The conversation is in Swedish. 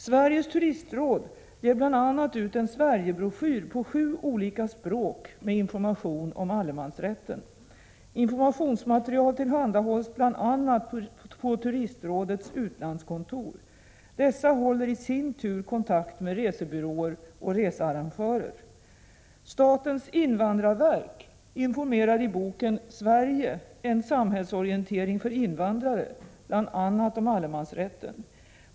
Sveriges turistråd ger bl.a. ut en Sverigebroschyr på sju olika språk med information om allemansrätten. Informationsmaterial tillhandahålls bl.a. på Turistrådets utlandskontor. Dessa håller i sin tur kontakt med resebyråer och researrangörer. Statens invandrarverk informerar i boken ”Sverige — en samhällsorientering för invandrare” bl.a. om allemansrätten.